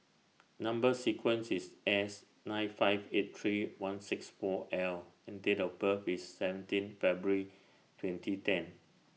Number sequence IS S nine five eight three one six four L and Date of birth IS seventeen February twenty ten